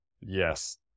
Yes